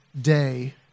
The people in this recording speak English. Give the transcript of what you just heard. day